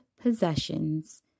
possessions